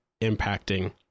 impacting